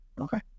okay